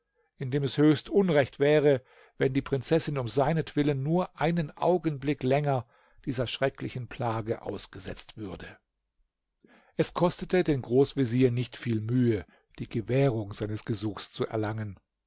indem es höchst unrecht wäre wenn die prinzessin um seinetwillen nur einen augenblick länger dieser schrecklichen plage ausgesetzt würde es kostete den großvezier nicht viel mühe die gewährung seines gesuchs zu erlangen